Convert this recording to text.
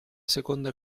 seconda